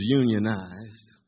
unionized